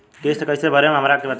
किस्त कइसे भरेम हमरा के बताई?